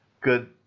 good